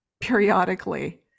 periodically